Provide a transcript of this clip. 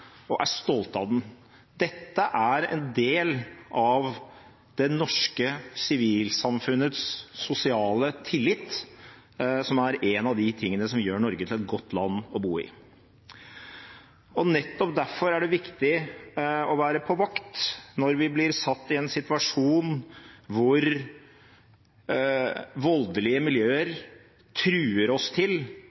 og er stolt av den. Dette er en del av det norske sivilsamfunnets sosiale tillit, som er en av de tingene som gjør Norge til et godt land å bo i. Nettopp derfor er det viktig å være på vakt når vi blir satt i en situasjon hvor voldelige miljøer truer oss til